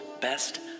best